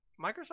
Microsoft